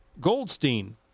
Goldstein